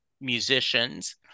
musicians